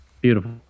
Beautiful